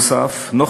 נוסף על כך,